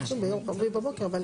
רביעי בבוקר.